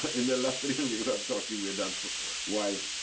in the latrine. we were talking with our wives.